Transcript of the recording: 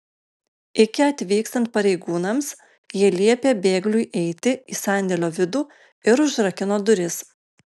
iki atvykstant pareigūnams jie liepė bėgliui eiti į sandėlio vidų ir užrakino duris